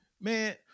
Man